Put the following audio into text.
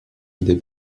idée